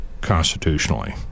constitutionally